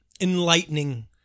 enlightening